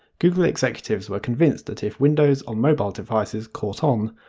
google executives were convinced that if windows on mobile devices caught on,